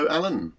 Alan